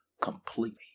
completely